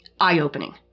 eye-opening